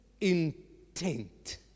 intent